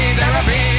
therapy